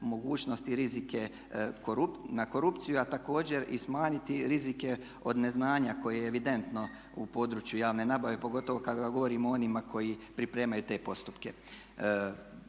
moguće rizika na korupciju, a također i smanjiti rizike od neznanja koje je evidentno u području javne nabave pogotovo kada govorimo o onima koji pripremaju te postupke.